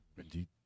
Indeed